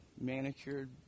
manicured